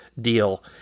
deal